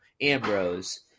Ambrose